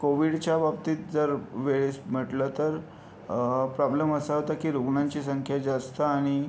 कोविडच्या बाबतीत जर वेळेस म्हटलं तर प्रॉब्लम असा होता की रुग्णांची संख्या जास्त आणि